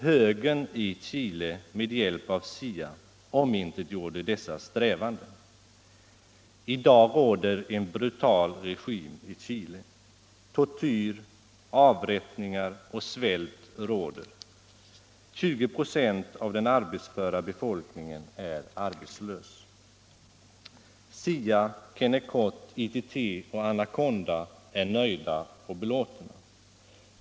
Högern i Chile med hjälp av CIA omintetgjorde dessa strävanden. I dag råder en brutal regim i Chile. Tortyr och avrättningar förekommer, och svält råder. 20 96 av den arbetsföra befolkningen är arbetslös. CIA, Kennecott, ITT och Anaconda är nöjda och belåtna.